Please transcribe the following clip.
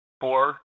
four